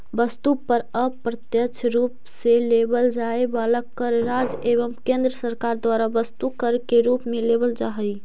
वस्तु पर अप्रत्यक्ष रूप से लेवल जाए वाला कर राज्य एवं केंद्र सरकार द्वारा वस्तु कर के रूप में लेवल जा हई